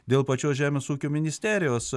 dėl pačios žemės ūkio ministerijos